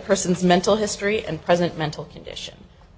person's mental history and present mental condition